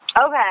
Okay